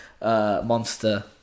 monster